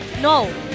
no